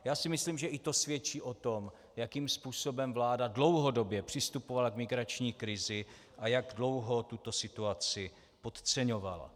Já si myslím, že i to svědčí o tom, jakým způsobem vláda dlouhodobě přistupovala k migrační krizi a jak dlouho tuto situaci podceňovala.